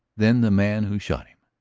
then the man who shot him.